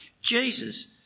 Jesus